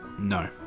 No